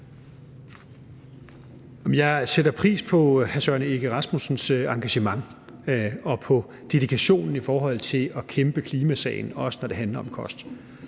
Jeg sætter pris på hr. Søren Egge Rasmussens engagement og på dedikationen i forhold til at kæmpe klimasagen, også når det handler om kost.